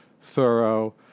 thorough